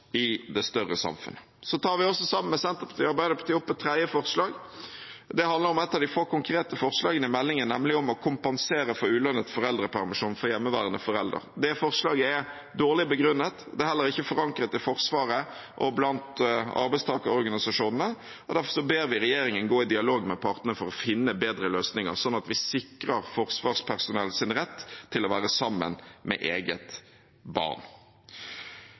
i det større samfunnet. Så har vi også, sammen med Senterpartiet og Arbeiderpartiet, et tredje forslag. Det handler om et av de få konkrete forslagene i meldingen, nemlig om å kompensere for ulønnet foreldrepermisjon for ulønnede foreldre. Det forslaget er dårlig begrunnet, og det er heller ikke forankret i Forsvaret eller blant arbeidstakerorganisasjonene. Derfor ber vi regjeringen gå i dialog med partene for å finne bedre løsninger, slik at vi sikrer forsvarspersonells rett til å være sammen med egne barn.